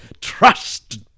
trust